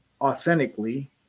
authentically